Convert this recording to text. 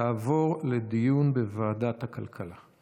תעבור לדיון בוועדת הכלכלה.